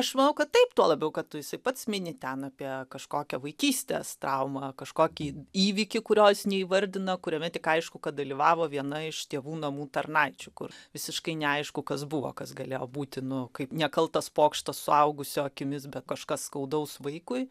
aš manau kad taip tuo labiau kad jisai pats mini ten apie kažkokią vaikystės traumą kažkokį įvykį kurio jis neįvardina kuriame tik aišku kad dalyvavo viena iš tėvų namų tarnaičių kur visiškai neaišku kas buvo kas galėjo būti nu kaip nekaltas pokštas suaugusio akimis bet kažkas skaudaus vaikui